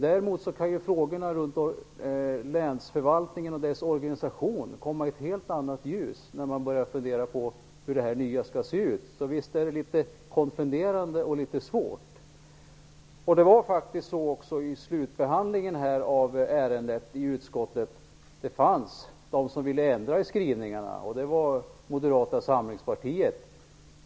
Däremot kan frågorna om länsförvaltningen och dess organisation komma i ett helt annat ljus när man börjar att fundera över hur det hela skall se ut. Så visst är det litet konfunderande och litet svårt. I slutbehandlingen av ärendet i utskottet fanns det också de som ville ändra i skrivningarna, och det var ledamöterna från Moderata samlingspartiet.